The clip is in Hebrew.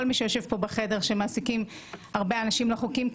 כל מי שיושב פה בחדר שמעסיקים הרבה אנשים לא חוקיים,